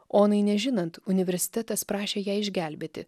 onai nežinant universitetas prašė ją išgelbėti